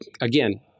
again